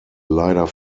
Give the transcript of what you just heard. leider